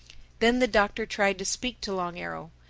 then the doctor tried to speak to long arrow.